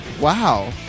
Wow